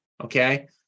Okay